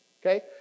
okay